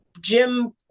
Jim